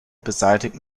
beseitigt